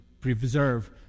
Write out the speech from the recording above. preserve